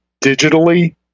digitally